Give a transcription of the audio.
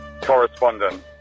correspondent